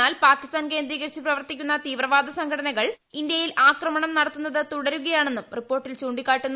എന്നാൽ പാകിസ്ഥാൻ കേന്ദ്രീകരിച്ച് പ്രവർത്തിക്കുന്ന തീവ്രവാദ സംഘടനകൾ ഇന്ത്യയിൽ ആക്രമണം നടത്തുന്നത് തുടരുകയാണെന്നും റിപ്പോർട്ടിൽ ചൂണ്ടിക്കാട്ടുന്നു